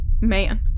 man